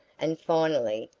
and finally,